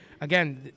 again